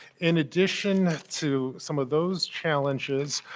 in addition to some of those challenges,